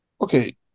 Okay